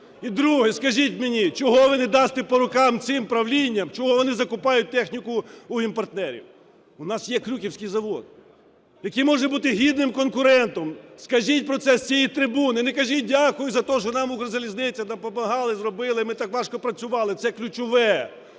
І друге. Скажіть мені, чого ви не дасте по рукам цим правлінням, чого вони закуповують техніку у імпортерів? В нас є Крюківський завод, який може бути гідним конкурентом. Скажіть про це з цієї трибуни, не кажіть "дякую" за те, що нам Укрзалізниця допомагала, зробила, ми так важко працювали. Це ключове.